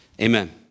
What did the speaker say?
Amen